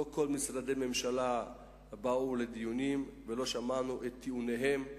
לא כל משרדי הממשלה באו לדיונים ולא שמענו את טיעוניהם.